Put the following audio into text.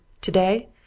Today